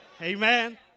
Amen